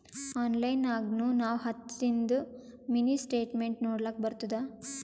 online ನಾಗ್ನು ನಾವ್ ಹತ್ತದಿಂದು ಮಿನಿ ಸ್ಟೇಟ್ಮೆಂಟ್ ನೋಡ್ಲಕ್ ಬರ್ತುದ